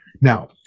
Now